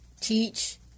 teach